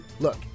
Look